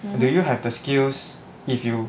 do you have the skills if you